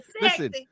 listen